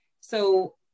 So-